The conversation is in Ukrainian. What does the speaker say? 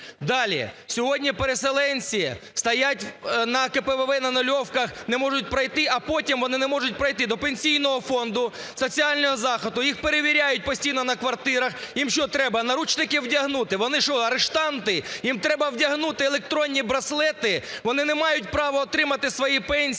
Далі. Сьогодні переселенці стоять на КПВВ на нульовках, не можуть пройти, а потім вони не можуть пройти до Пенсійного фонду, соціального захисту, їх перевіряють постійно на квартирах. Їм що, треба наручники вдягнути? Вони що, арештанти? Їм треба вдягнути електронні браслети? Вони не мають права отримати свої пенсії?